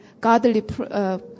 godly